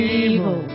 evil